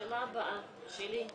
שאלה הבאה שלי,